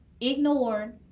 ignored